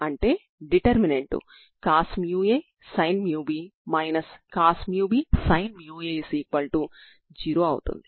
కాబట్టి cosh μL ≠ 0 అవుతుంది